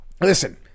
listen